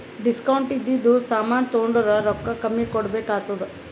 discount ಇದ್ದಿದು ಸಾಮಾನ್ ತೊಂಡುರ್ ರೊಕ್ಕಾ ಕಮ್ಮಿ ಕೊಡ್ಬೆಕ್ ಆತ್ತುದ್